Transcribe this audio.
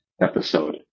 episode